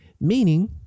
Meaning